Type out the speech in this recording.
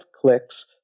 clicks